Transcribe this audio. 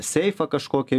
seifą kažkokį